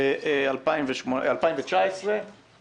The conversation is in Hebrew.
הכללית לא השוותה את התנאים לכל שאר קופות החולים.